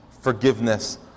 forgiveness